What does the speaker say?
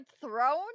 thrown